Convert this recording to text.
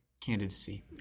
candidacy